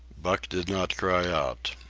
buck did not cry out.